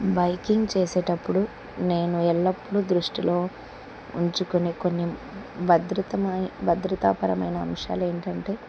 biking చేసేటప్పుడు నేను ఎల్లప్పుడూ దృష్టిలో ఉంచుకునే కొన్ని భద్రతమ భద్రతాపరమైన అంశాల ఏంటంటే